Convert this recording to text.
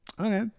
Okay